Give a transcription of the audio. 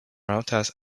routers